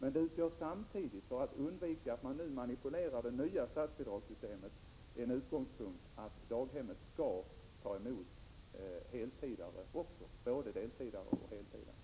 En utgångspunkt för statsbidragssystemet har dock, för undvikande av manipulationer med detta, varit att daghemmen också skall ta emot heltidsbarn, alltså både heltidsbarn och deltidsbarn.